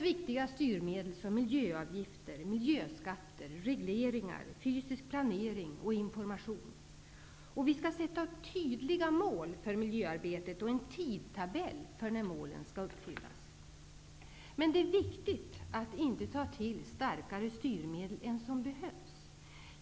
Viktiga styrmedel är miljöavgifter, miljöskatter, regleringar, fysisk planering och information. Vi skall sätta upp tydliga mål för miljöarbetet och en tidtabell för när målen skall vara uppfyllda. Det är dock viktigt att inte ta till starkare styrmedel än som behövs.